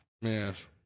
Yes